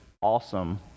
awesome